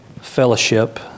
fellowship